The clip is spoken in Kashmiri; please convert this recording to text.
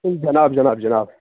جناب جناب جناب